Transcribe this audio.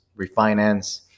refinance